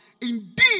indeed